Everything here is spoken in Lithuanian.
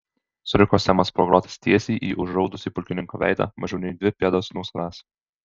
suriko semas pro grotas tiesiai į užraudusį pulkininko veidą mažiau nei dvi pėdos nuo savęs